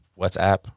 WhatsApp